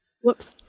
Whoops